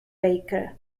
baker